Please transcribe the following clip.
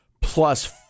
plus